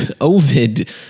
Ovid